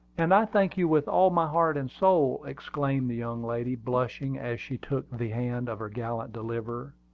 and i thank you with all my heart and soul! exclaimed the young lady, blushing as she took the hand of her gallant deliverer.